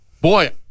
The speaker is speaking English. Boy